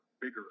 bigger